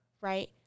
right